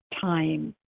time